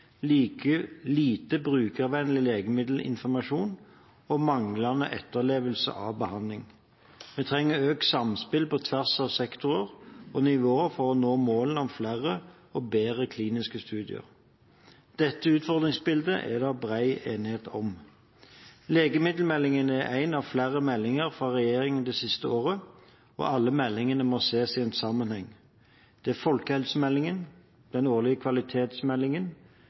lite brukervennlig legemiddelinformasjon og manglende etterlevelse av behandling. Vi trenger økt samspill på tvers av sektorer og nivåer for å nå målet om flere og bedre kliniske studier. Dette utfordringsbildet er det bred enighet om. Legemiddelmeldingen er en av flere meldinger fra regjeringen det siste året, og alle meldingene må ses i sammenheng. Det er folkehelsemeldingen, den årlige kvalitetsmeldingen,